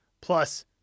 plus